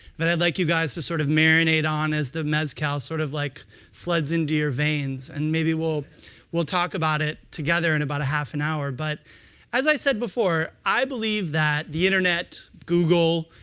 that i'd like you guys to sort of marinate on as the mezcal sort of like floods into your veins. and maybe we'll we'll talk about it together in and about half an hour. but as i said before, i believe that the internet, google,